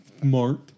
smart